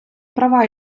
права